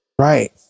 Right